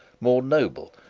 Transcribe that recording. more noble,